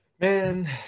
Man